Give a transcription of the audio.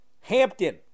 Hampton